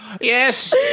Yes